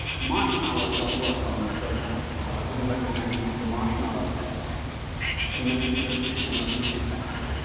marshmallows don't work on grown adults, so i wouldn't recommend we use the marshmallow test to make your decision of who you'd bet on.